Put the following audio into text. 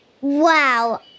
Wow